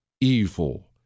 evil